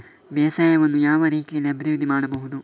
ಬೇಸಾಯವನ್ನು ಯಾವ ರೀತಿಯಲ್ಲಿ ಅಭಿವೃದ್ಧಿ ಮಾಡಬಹುದು?